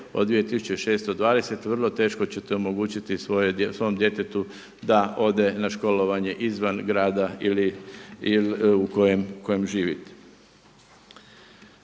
od 2620 vrlo teško ćete omogućiti svome djetetu da ode na školovanje izvan grada ili, u kojem živi.